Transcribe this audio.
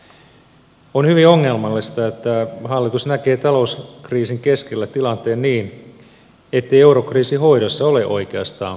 on hyvin ongelmallista että hallitus näkee talouskriisin keskellä tilanteen niin ettei eurokriisin hoidossa ole oikeastaan vaihtoehtoja